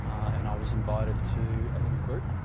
and i was invited to a little group